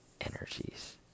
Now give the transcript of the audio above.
energies